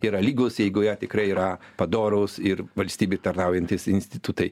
yra lygūs jeigu jie tikrai yra padorūs ir valstybei tarnaujantys institutai